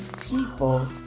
people